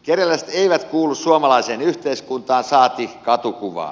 kerjäläiset eivät kuulu suomalaiseen yhteiskuntaan saati katukuvaan